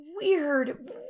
weird